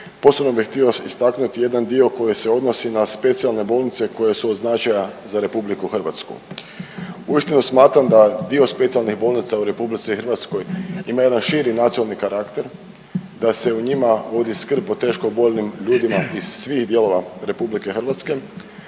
posebno bih htio istaknuti jedan dio koji se odnosi na specijalne bolnice koje su od značaja za RH. Uistinu smatram da dio specijalnih bolnica u RH ima jedan širi nacionalni karakter, da se u njima vodi skrb o teško oboljelim ljudima iz svih dijelova RH, da su